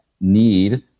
need